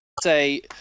Say